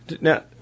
Now